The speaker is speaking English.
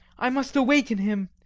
i must awaken him,